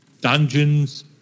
dungeons